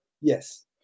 Yes